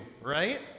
right